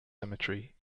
cemetery